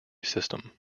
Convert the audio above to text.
system